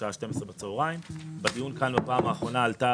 בשעה 12:00. בדיון כאן בפעם האחרונה עלתה